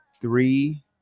three